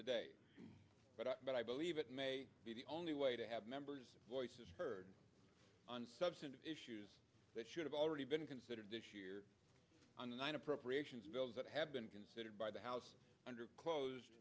today but i believe it may be the only way to have members voices heard on substantive issues that should have already been considered this year on the nine appropriations bills that have been considered by the house under closed